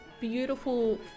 beautiful